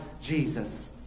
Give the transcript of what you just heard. Jesus